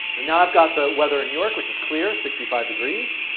so now i've got the weather in new york, which is clear, sixty five degrees.